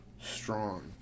strong